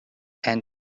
and